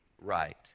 right